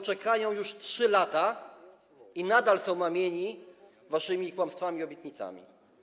Czekają już 3 lata i nadal są mamieni waszymi kłamstwami i obietnicami.